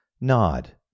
nod